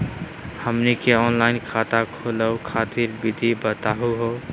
हमनी के ऑनलाइन खाता खोलहु खातिर विधि बताहु हो?